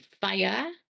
fire